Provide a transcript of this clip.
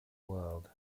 world